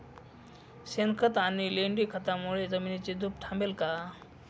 शेणखत आणि लेंडी खतांमुळे जमिनीची धूप थांबेल का?